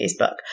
Facebook